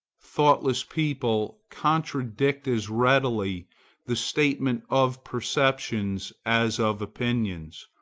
thoughtless people contradict as readily the statement of perceptions as of opinions,